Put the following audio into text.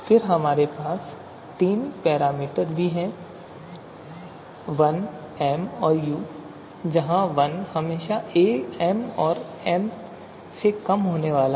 फिर हमारे पास तीन पैरामीटर भी हैं l m और u जहां l हमेशा m और m से कम होने वाला है